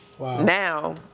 now